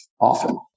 often